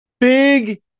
Big